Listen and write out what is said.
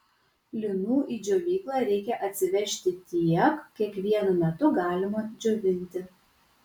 linų į džiovyklą reikia atsivežti tiek kiek vienu metu galima džiovinti